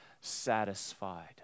satisfied